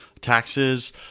taxes